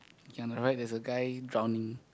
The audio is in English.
ya on the right there is a guy drowning